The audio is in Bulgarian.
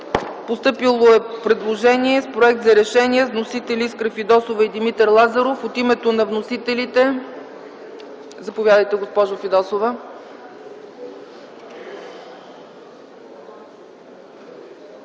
Постъпили са проекти за решения с вносители Искра Фидосова и Димитър Лазаров. От името на вносителите – заповядайте, госпожо Фидосова.